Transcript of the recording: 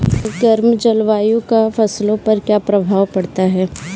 गर्म जलवायु का फसलों पर क्या प्रभाव पड़ता है?